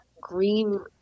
green